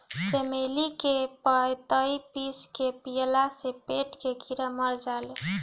चमेली के पतइ पीस के पियला से पेट के कीड़ा मर जाले